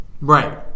right